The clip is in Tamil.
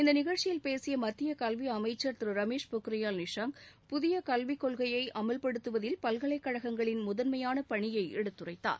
இந்த நிகழ்ச்சியில் பேசிய மத்திய கல்வி அமைச்சர் திரு ரமேஷ் பொக்ரியால் நிஷாங்க் புதிய கல்விக் கொள்கையை அமல்படுத்துவதில் பல்கலைக்கழகங்களின் முதன்மையான பணியை எடுத்துரைத்தார்